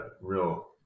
real